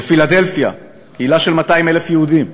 בפילדלפיה, קהילה של 200,000 יהודים,